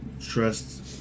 trust